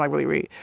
like really read.